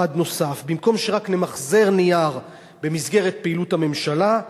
נוסף: במקום שרק נמחזר נייר במסגרת פעילות הממשלה,